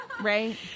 Right